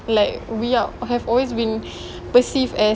like we are have always been perceived as